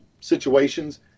situations